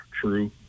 true